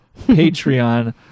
patreon